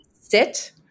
sit